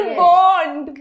bond